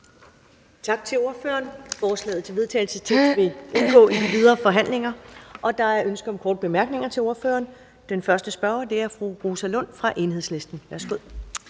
Tak til ordføreren. Forslaget til vedtagelse vil indgå i de videre forhandlinger. Der er ønske om korte bemærkninger til ordføreren. Den første spørger er fru Rosa Lund, Enhedslisten. Værsgo.